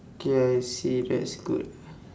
okay I see that's good